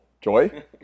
Joy